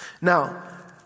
Now